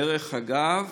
דרך אגב,